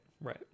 Right